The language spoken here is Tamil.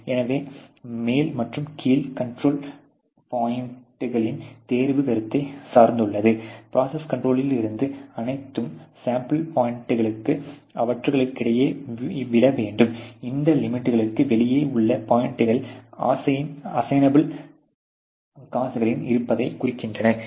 எனவே மேல் மற்றும் கீழ் கண்ட்ரோல் பாய்ண்ட்ஸ்களின் தேர்வும் கருத்தை சார்ந்துள்ளது ப்ரோசஸ் கண்ட்ரோலில் இருந்தால் அனைத்து சாம்பிள் பாய்ண்ட்ஸ்களும் அவற்றுக்கிடையே விழ வேண்டும் இந்த லிமிட்களுக்கு வெளியே உள்ள பாய்ண்ட்ஸ்கள் அசையின் அப்பள் காஸ்களின் இருப்பைக் குறிக்கின்றன